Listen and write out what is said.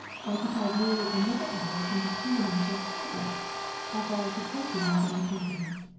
occupied nearly another hour in determining to a hair-breadth how far i should take him into my confidence,